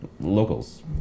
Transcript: locals